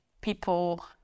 people